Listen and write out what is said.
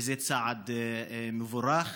וזה צעד מבורך: